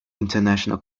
international